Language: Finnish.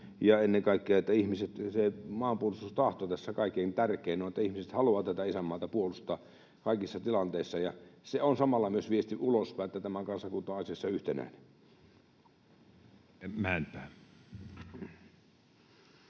ennen kaikkea se maanpuolustustahto tässä kaikkein tärkein on, että ihmiset haluavat tätä isänmaata puolustaa kaikissa tilanteissa. Se on samalla myös viesti ulospäin, että tämä kansakunta on asiassa yhtenäinen. [Speech